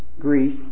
Greece